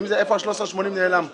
איפה ה-13.80 נעלם פה?